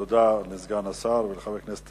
תודה לסגן השר ולחבר הכנסת